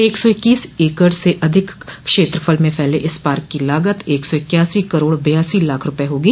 एक सौ इक्कीस एकड से अधिक क्षेत्रफल में फैले इस पार्क की लागत एक सौ इक्यासी करोड़ बयासी लाख रूपये होगी